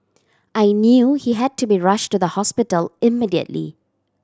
I knew he had to be rushed to the hospital immediately